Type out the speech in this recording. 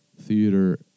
Theater